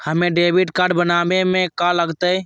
हमें debit card बनाने में का लागत?